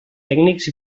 tècnics